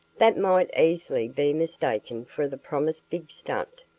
that might easily be mistaken for the promised big stunt.